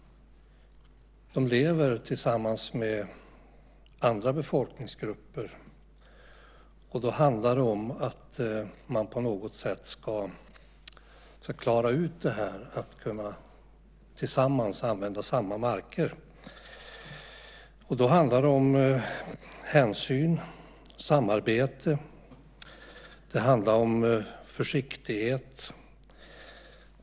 De lever tillsammans med andra befolkningsgrupper, och det handlar om att på något sätt klara ut detta och tillsammans kunna använda samma marker. Då handlar det om hänsyn, samarbete och försiktighet.